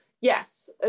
Yes